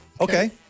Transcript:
Okay